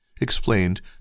explained